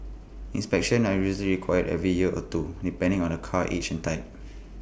inspections are usually required every year or two depending on A car's age and type